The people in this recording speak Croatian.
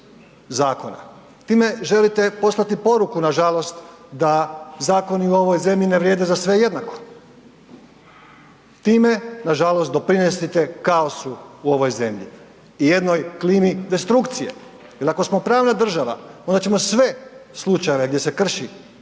zakona, time želite poslati poruku nažalost da zakoni u ovoj zemlji ne vrijede za sve jednako. Time nažalost doprinosite kaosu u ovoj zemlji i jednoj klimi destrukcije, jel ako smo pravna država onda ćemo sve slučajeve gdje se krši